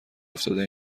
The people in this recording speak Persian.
افتاده